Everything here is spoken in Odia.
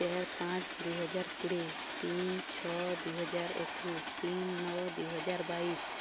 ଚାରି ପାଞ୍ଚ ଦୁଇହଜାର କୋଡ଼ିଏ ତିନି ଛଅ ଦୁଇହଜାର ଏକୋଇଶ ତିନି ନଅ ଦୁଇହଜାର ବାଇଶ